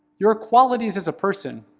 your qualities as a person,